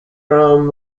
from